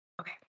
Okay